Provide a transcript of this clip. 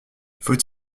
faut